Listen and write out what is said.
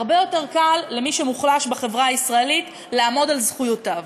הרבה יותר קל למי שמוחלש בחברה הישראלית לעמוד על זכויותיו.